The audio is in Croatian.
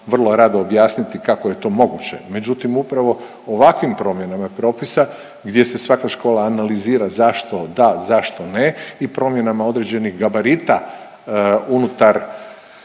vrlo rado objasniti kako je to moguće. Međutim upravo ovakvim promjenama propisa gdje se svaka škola analizira zašto da, zašto ne i promjenama određenih gabarita unutar